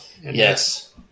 Yes